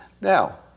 Now